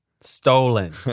Stolen